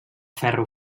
ferro